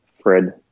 Fred